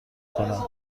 کنم